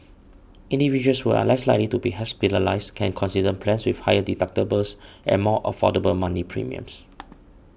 individuals who are less likely to be hospitalised can consider plans with higher deductibles and more affordable monthly premiums